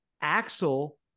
Axel